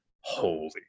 holy